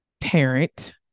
parent